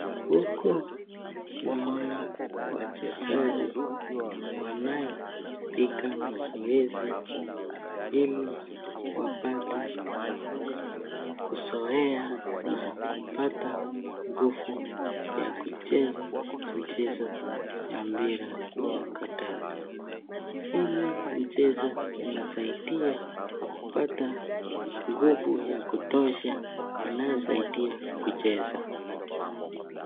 Huku naona wachezaji wanaopiga mazoezi ili wapate kuzoea na kupata nguvu ya kucheza mchezo ya mpira ya kandanda. Hili mchezo inasaidia kupata nguvu ya kutosha inayosaidia kucheza.